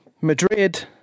Madrid